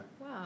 Wow